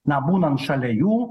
na būnant šalia jų